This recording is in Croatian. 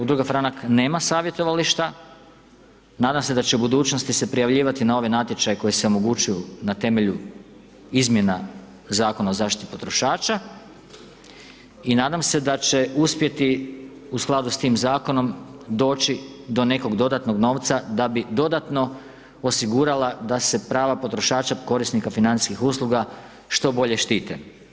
Udruga Franak nema savjetovališta, nadam se da će u budućnosti prijavljivati na ovaj natječaj koji se omogućuju na temelju izmjena Zakona o zaštiti potrošača i nadam se da će uspjeti u skladu s tim zakonom doći do nekog dodatnog novca da bi dodatno osigurala da se prava potrošača korisnika financijskih usluga što bolje štite.